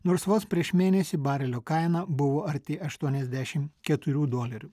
nors vos prieš mėnesį barelio kaina buvo arti aštuoniasdešimt keturių dolerių